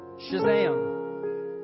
shazam